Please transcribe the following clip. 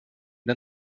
der